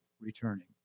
returning